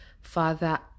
father